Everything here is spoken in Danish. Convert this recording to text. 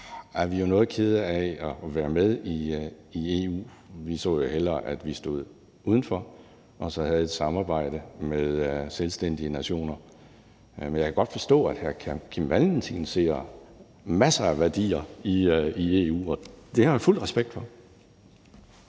er vi jo noget kede af at være med i EU. Vi så jo hellere, at man stod udenfor, og at man så havde et samarbejde med selvstændige nationer. Men jeg kan godt forstå, at hr. Kim Valentin ser masser af værdier i EU, og det har jeg fuld respekt for.